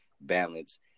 balance